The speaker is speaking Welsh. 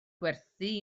gwerthu